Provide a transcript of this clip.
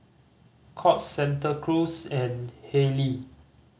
Courts Santa Cruz and Haylee